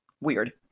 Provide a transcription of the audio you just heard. weird